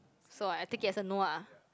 so I take it as a no ah